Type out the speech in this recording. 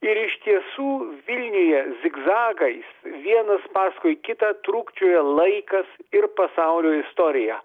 ir iš tiesų vilniuje zigzagais vienas paskui kitą trūkčioja laikas ir pasaulio istorija